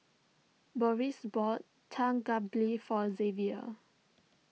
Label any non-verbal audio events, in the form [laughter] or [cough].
Boris bought [unintelligible] Galbi for Xzavier